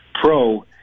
pro